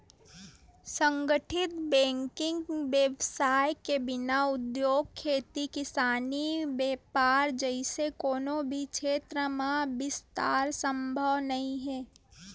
संगठित बेंकिग बेवसाय के बिना उद्योग, खेती किसानी, बेपार जइसे कोनो भी छेत्र म बिस्तार संभव नइ हे